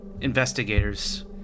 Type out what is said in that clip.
investigators